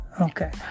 Okay